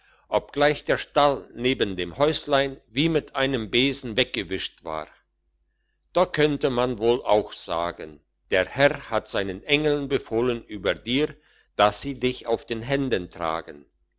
obgleich der stall neben dem häuslein wie mit einem besen weggewischt war da konnte man wohl auch sagen der herr hat seinen engeln befohlen über dir dass sie dich auf den händen tragen